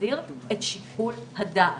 להחזיר את שיקול הדעת,